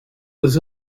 was